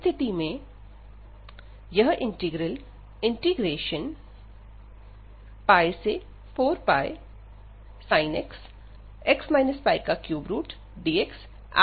इस स्थिति में यह integral 4πsin x 3x πdx absolutely converge करता है